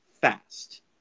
fast